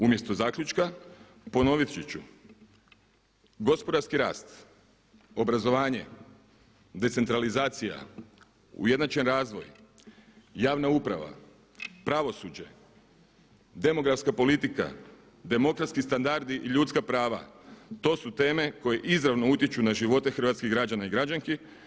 Umjesto zaključka ponoviti ću, gospodarski rast, obrazovanje, decentralizacija, ujednačen razvoj, javna uprava, pravosuđe, demografska politika, demokratski standardi i ljudska prava to su teme koje izravno utječu na živote hrvatskih građana i građanki.